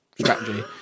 strategy